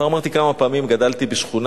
כבר אמרתי כמה פעמים, גדלתי בשכונה